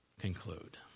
Conclude